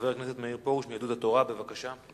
חבר הכנסת מאיר פרוש מיהדות התורה, בבקשה.